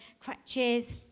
crutches